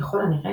ככל הנראה,